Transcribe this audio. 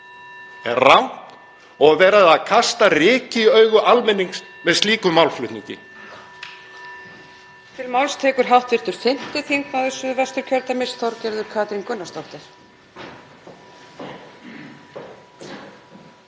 hringir.) og verið að kasta ryki í augu almennings með slíkum málflutningi.